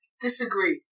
Disagree